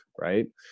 Right